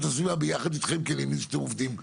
הסביבה ביחד איתכם כי נראה לי שאתם עובדים ביחד.